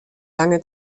lange